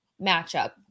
matchup